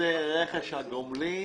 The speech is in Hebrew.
נושא רכש הגומלין